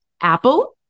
Apple